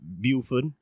Buford